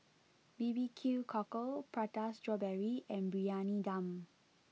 B B Q Cockle Prata Strawberry and Briyani Dum